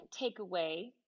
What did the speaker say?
takeaway